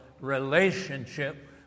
relationship